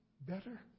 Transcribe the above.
better